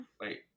Wait